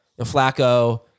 Flacco